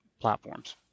platforms